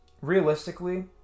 realistically